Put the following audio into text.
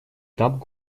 этап